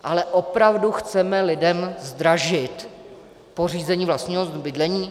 Ale opravdu chceme lidem zdražit pořízení vlastního bydlení?